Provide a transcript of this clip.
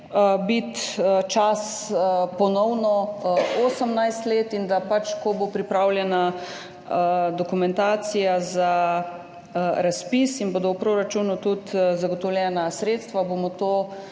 biti ponovno 18 let in da ko bo pripravljena dokumentacija za razpis in bodo v proračunu tudi zagotovljena sredstva, bomo to